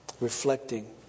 reflecting